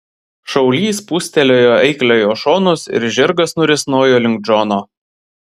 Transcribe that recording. šaulys spūstelėjo eikliojo šonus ir žirgas nurisnojo link džono